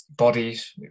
Bodies